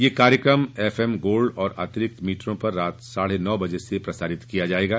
यह कार्यक्रम F M Gold और अतिरिक्त मीटरों पर रात साढ़े नौ बजे से प्रसारित किया जायेगा